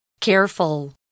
Careful